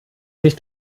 sich